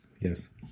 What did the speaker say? yes